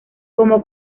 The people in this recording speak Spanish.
como